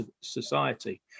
society